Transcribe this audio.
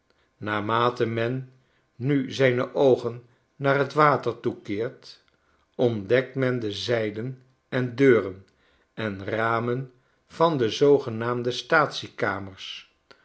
naarmate men nu zijne oogennaar t water toekeert ontdekt men de zijden en deuren en ramen van de zoogenaamde